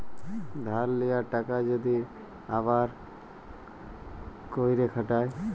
ধার লিয়া টাকা যদি আবার ক্যইরে খাটায়